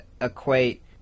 equate